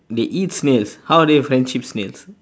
they eat snails how are they friendship snails